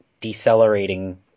decelerating